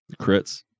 crits